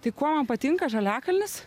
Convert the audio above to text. tai kuo man patinka žaliakalnis